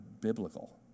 biblical